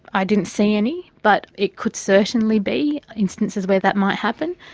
i didn't see any, but it could certainly be instances where that might happen.